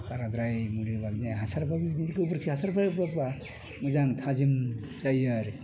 बाराद्राय मुलि होब्लाबो जाया हासारबो बिदि गोबोरखि हासारफोर होब्ला मोजां थाजिम जायो आरो